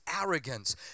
arrogance